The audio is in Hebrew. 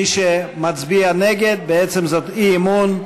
מי שמצביע נגד, בעצם זה אי-אמון,